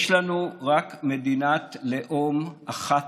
יש לנו רק מדינת לאום אחת,